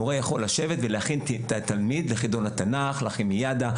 מורה יכול לשבת ולהכין את התלמיד לחידון התנ"ך או לכימיאדה,